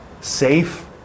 safe